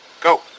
Go